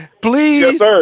please